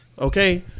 okay